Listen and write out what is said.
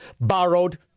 borrowed